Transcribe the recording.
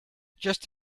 just